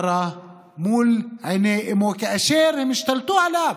מערערה, מול עיני אמו, כאשר הם השתלטו עליו.